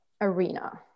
arena